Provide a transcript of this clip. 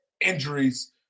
injuries